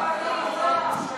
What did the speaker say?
למה אתה בורח מהנושא?